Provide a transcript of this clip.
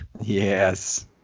Yes